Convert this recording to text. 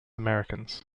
americans